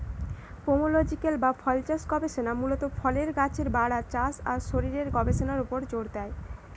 pomological বা ফলচাষ গবেষণা মূলত ফলের গাছের বাড়া, চাষ আর শরীরের গবেষণার উপর জোর দেয়